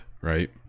right